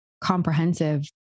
comprehensive